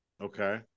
Okay